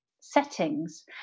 settings